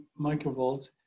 microvolts